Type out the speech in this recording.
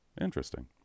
Interesting